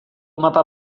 mapa